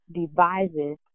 devises